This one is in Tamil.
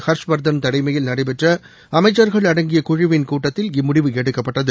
ஹர்ஷ்வர்தன் தலைமையில் நடைபெற்ற அமைச்சர்கள் அடங்கிய குழுவின் கூட்டத்தில் இம்முடிவு எடுக்கப்பட்டது